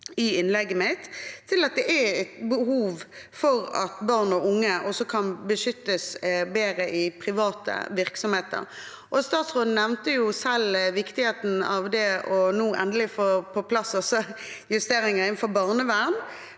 i innlegget mitt – om at det er et behov for at barn og unge beskyttes bedre i private virksomheter. Statsråden nevnte selv viktigheten av at man nå endelig får på plass justeringer innenfor barnevern.